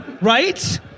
right